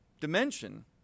dimension